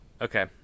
Okay